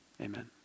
amen